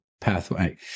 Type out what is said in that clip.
Pathway